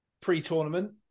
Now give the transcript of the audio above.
pre-tournament